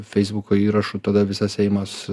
feisbuko įrašų tada visas seimas